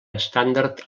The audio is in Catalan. estàndard